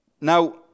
Now